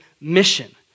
mission